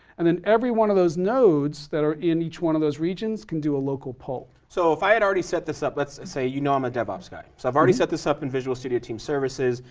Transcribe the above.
and every one of those nodes that are in each one of those regions, can do a local pull. so if i had already set this up, let's say. you know i'm a devops guy. so i've already set this up in visual studio team services.